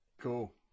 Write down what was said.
Cool